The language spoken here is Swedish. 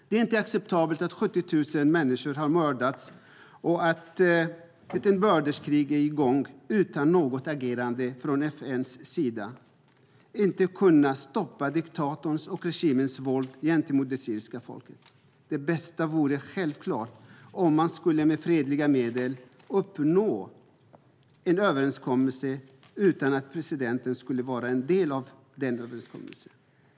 Det är inte acceptabelt att 70 000 människor har mördats och att ett inbördeskrig är i gång utan att något agerande från FN:s sida kunnat stoppa diktatorns och regimens våld gentemot det syriska folket. Det bästa vore självklart om man med fredliga medel uppnådde en överenskommelse utan att presidenten skulle vara en del av den överenskommelsen.